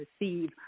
receive